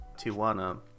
Tijuana